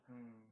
mm